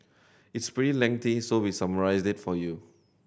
it's pretty lengthy so we summarised it for you